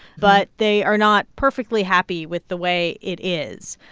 but they are not perfectly happy with the way it is.